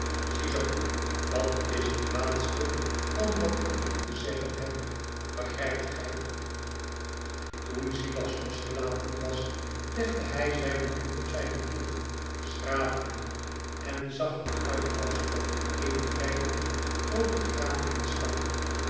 ziezoo dat is het laatste van wat iku te zeggen heb begrijpt gij toen silas losgelaten was legde hij zijne hand op zijne keel schraapte die en zag er uit alsof er eene vrij groote graad in stak